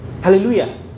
Hallelujah